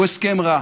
הוא הסכם רע.